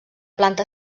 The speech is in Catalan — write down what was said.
planta